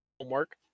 homework